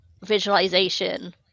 visualization